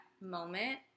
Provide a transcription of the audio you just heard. moment